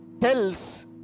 tells